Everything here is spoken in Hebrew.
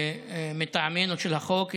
של החוק מטעמנו,